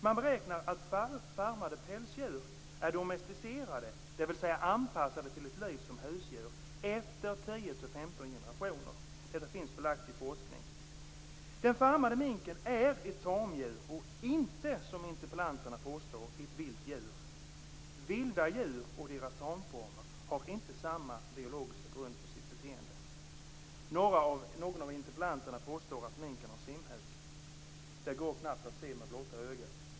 Man beräknar att farmade pälsdjur är domesticerade, dvs. anpassade till ett liv som husdjur, efter 10-15 generationer. Det finns belagt i forskning. Den farmade minken är ett tamdjur och inte, som interpellanterna påstår, ett vilt djur. Vilda djur och deras tamformer har inte samma biologiska grund för sitt beteende. Någon av interpellanterna påstår att minken har simhud. Det går knappt att se med blotta ögat.